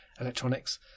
electronics